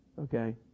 okay